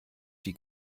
die